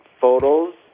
photos